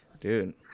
Dude